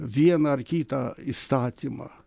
vieną ar kitą įstatymą